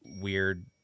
weird